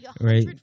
Right